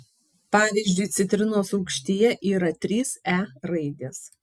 pavyzdžiui citrinos rūgštyje yra trys e raidės